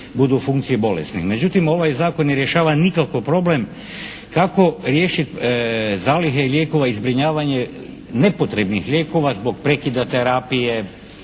budu u funkciji bolesnih. Međutim ovaj zakon ne rješava nikako problem kako riješiti zalihe lijekova i zbrinjavanje nepotrebnih lijekova zbog prekida terapije,